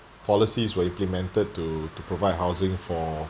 policies were implemented to to provide housing for